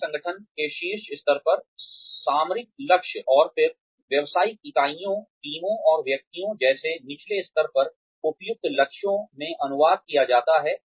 किसी संगठन के शीर्ष स्तर पर सामरिक लक्ष्य और फिर व्यावसायिक इकाइयों टीमों और व्यक्तियों जैसे निचले स्तरों पर उपयुक्त लक्ष्यों में अनुवाद किया जाता है